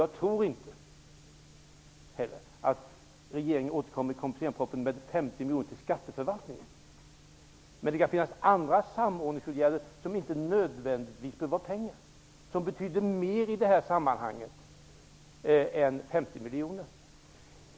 Jag tror inte att regeringen återkommer i kompletteringspropositionen med ett förslag om 50 miljoner till skatteförvaltningen, och det har jag aldrig heller sagt. Det kan finnas andra samordningsåtgärder som inte nödvändigtvis kräver pengar och som betyder mer i detta sammanhang.